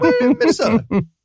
Minnesota